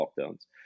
lockdowns